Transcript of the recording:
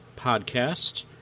podcast